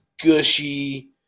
gushy